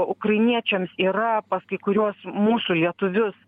ukrainiečiams yra pas kai kuriuos mūsų lietuvius